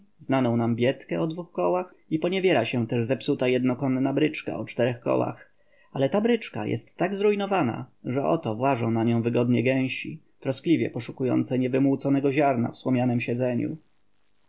znaną nam biedkę o dwu kołach i poniewiera się też zepsuta jednokonna bryczka o czterech kołach ale ta bryczka jest tak zrujnowana że oto włażą na nią wygodnie gęsi troskliwie poszukujące niewymłóconego ziarna w słomianem siedzeniu